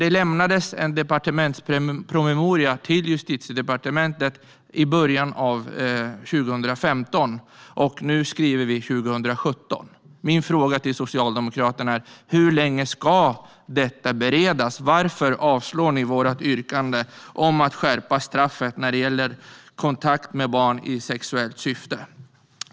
Det lämnades en departementspromemoria till Justitiedepartementet i början av 2015, och nu skriver vi 2017. Mina frågor till Socialdemokraterna är: Hur länge ska denna fråga beredas? Varför vill ni avslå vårt yrkande om att skärpa straffet när det gäller kontakt med barn i sexuellt syfte?